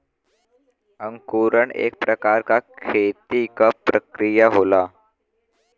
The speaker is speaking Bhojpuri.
अंकुरण एक प्रकार क खेती क प्रक्रिया होला